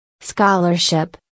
Scholarship